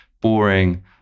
boring